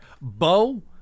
Bo